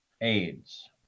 AIDS